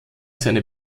seine